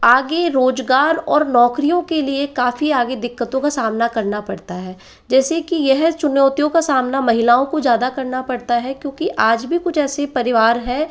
आगे रोजगार और नौकरियों के लिए काफ़ी आगे दिक्कतों का सामना करना पड़ता है जैसे कि यह चुनौतियों का सामना माहिलाओं को ज़्यादा करना पड़ता है क्योंकि आज भी कुछ ऐसे परिवार है